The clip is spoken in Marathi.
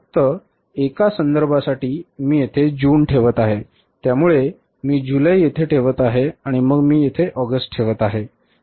फक्त एका संदर्भासाठी मी येथे जून ठेवत आहे त्यानंतर मी जुलै येथे ठेवत आहे आणि मग मी येथे ऑगस्ट ठेवत आहे